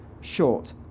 short